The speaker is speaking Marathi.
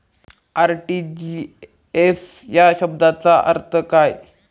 आर.टी.जी.एस या शब्दाचा अर्थ काय?